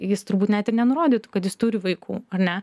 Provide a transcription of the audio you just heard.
jis turbūt net ir nenurodytų kad jis turi vaikų ar ne